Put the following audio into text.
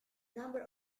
number